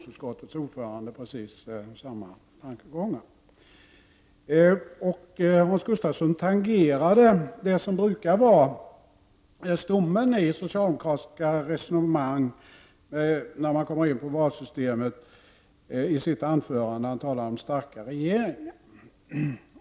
I sitt anförande tangerade Hans Gustafsson det som brukar vara stommen i socialdemokratiska resonemang om valsystemet, nämligen starka regeringar.